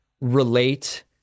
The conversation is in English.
relate